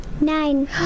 Nine